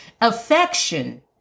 Affection